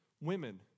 Women